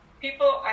people